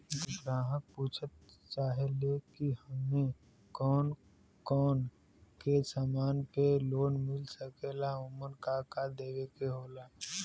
ग्राहक पुछत चाहे ले की हमे कौन कोन से समान पे लोन मील सकेला ओमन का का देवे के होला?